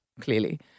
clearly